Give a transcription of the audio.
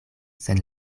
sen